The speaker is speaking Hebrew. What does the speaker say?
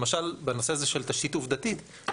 למשל בנושא הזה של תשתית עובדתית.